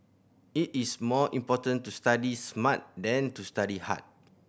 it is more important to study smart than to study hard